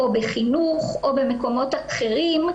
בחינוך או במקומות אחרים,